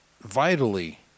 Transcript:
vitally